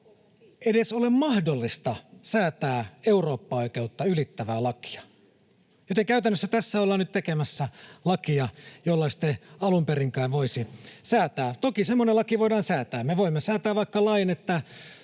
edes ole mahdollista säätää eurooppaoikeutta ylittävää lakia, joten käytännössä tässä ollaan nyt tekemässä lakia, jollaista ei alun perinkään voisi säätää. Toki semmoinen laki voidaan säätää, me voimme säätää vaikka lain, että